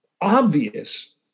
obvious